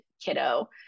kiddo